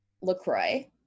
LaCroix